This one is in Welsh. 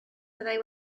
fyddai